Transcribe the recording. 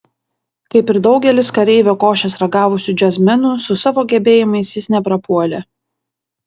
kaip ir daugelis kareivio košės ragavusių džiazmenų su savo gebėjimais jis neprapuolė